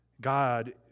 God